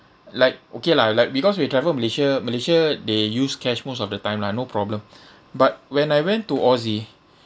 like okay lah like because we travel malaysia malaysia they use cash most of the time lah no problem but when I went to aussie